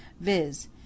viz